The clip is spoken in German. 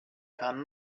kann